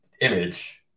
image